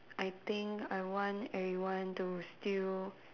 I think I want everyone to still